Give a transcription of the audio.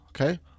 Okay